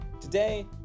Today